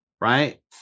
right